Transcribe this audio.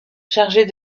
chargée